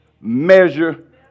measure